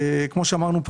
כמו שאמרנו,